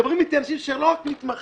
מדברים איתי אנשים שהם לא רק מתמחים.